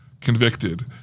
convicted